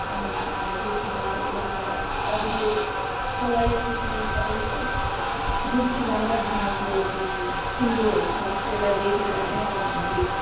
आमाहरूलाई देखेर हो या अरूले चलाइएको त्यो सबै है जुन सिलाई र बुनाईको त्यो सुइरोहरू छ त्यसलाई देखेर नै अब हामीले